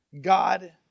God